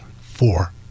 four